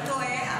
אתה טועה.